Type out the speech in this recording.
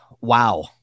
wow